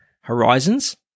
Horizons